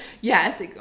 Yes